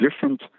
different